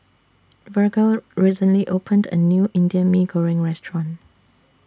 Virgle recently opened A New Indian Mee Goreng Restaurant